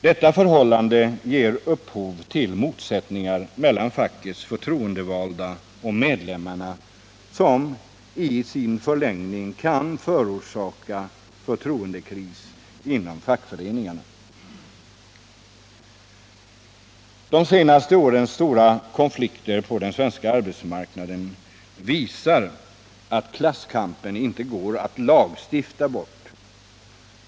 Detta förhållande ger upphov till motsättningar mellan fackets förtroendevalda och medlemmarna som i sin förlängning kan förorsaka förtroendekris inom fackföreningarna. De senaste årens stora konflikter på den svenska arbetsmarknaden visar att klasskampen inte går att lagstifta bort.